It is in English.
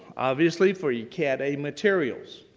obviously for your cat a materials.